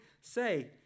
say